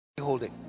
holding